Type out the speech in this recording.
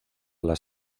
las